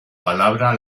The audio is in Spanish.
palabra